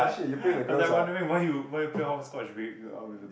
I I was like wondering why you why you play hopscotch with with